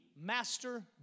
master